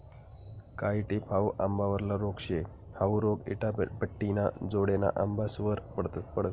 कायी टिप हाउ आंबावरला रोग शे, हाउ रोग इटाभट्टिना जोडेना आंबासवर पडस